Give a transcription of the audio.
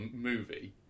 movie